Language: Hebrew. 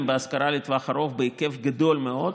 בהשכרה לטווח ארוך בהיקף גדול מאוד,